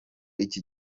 iki